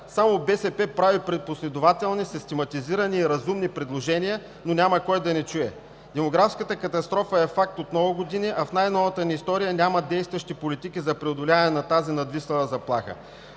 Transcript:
Само БСП прави последователни, систематизирани и разумни предложения, но няма кой да ни чуе! Демографската катастрофа е факт от много години, а в най-новата ни история няма действащи политики за преодоляване на тази надвиснала заплаха.